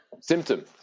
Symptom